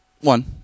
One